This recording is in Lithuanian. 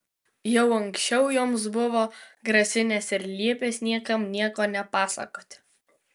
jau anksčiau joms buvo grasinęs ir liepęs niekam nieko nepasakoti